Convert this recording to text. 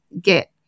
get